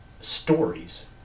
stories